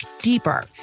deeper